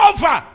Over